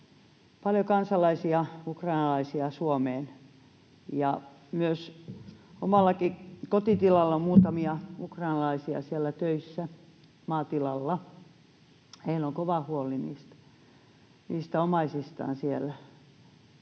paljon ukrainalaisia Suomeen. Myös omalla kotitilallani on muutamia ukrainalaisia töissä, maatilalla. Heillä on kova huoli omaisistaan siellä